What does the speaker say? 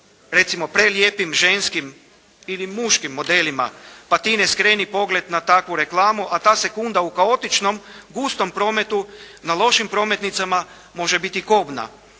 recimo prelijepim ženskim ili muškim modelima pa ti ne skreni pogled na takvu reklamu, a ta sekunda u kaotičnom gustom prometu na lošim prometnicama može biti kobna.